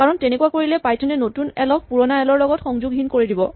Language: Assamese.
কাৰণ তেনেকুৱা কৰিলে পাইথন এ নতুন এল ক পুৰণা এল ৰ লগত সংযোগহীন কৰি দিব